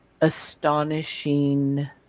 astonishing